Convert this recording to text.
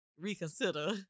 reconsider